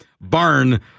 barn